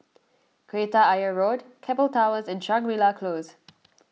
Kreta Ayer Road Keppel Towers and Shangri La Close